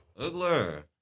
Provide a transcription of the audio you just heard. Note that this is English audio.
Ugler